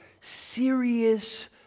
serious